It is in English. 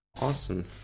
Awesome